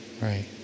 Right